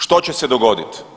Što će se dogoditi?